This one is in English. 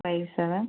five seven